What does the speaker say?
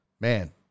man